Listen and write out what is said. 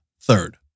third